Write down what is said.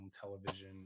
television